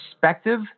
perspective